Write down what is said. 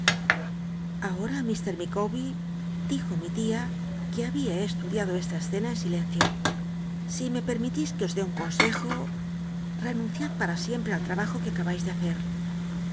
ahom mr micawber dijo mi tia que había estudiado esta cl'ccna en silencio si me jlci'mitís que os dé un consejo renunciad para siempre al tmbajo que acabais tic hacer